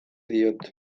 diot